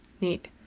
Neat